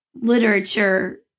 literature